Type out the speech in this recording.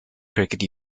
cricket